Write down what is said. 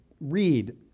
read